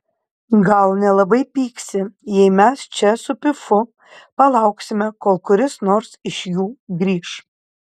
gal nelabai pyksi jei mes čia su pifu palauksime kol kuris nors iš jų grįš